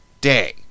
day